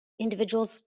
individuals